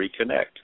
reconnect